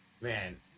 Man